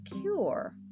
cure